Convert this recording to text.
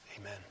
amen